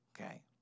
okay